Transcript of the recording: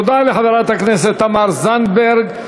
תודה לחברת הכנסת תמר זנדברג.